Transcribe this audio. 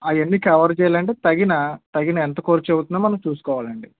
అవన్నీ కవర్ చెయ్యాలంటే తగిన తగిన ఎంత ఖర్చు అవుతుందో మనం చూసుకోవాలండి